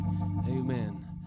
amen